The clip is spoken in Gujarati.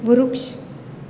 વૃક્ષ